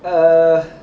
err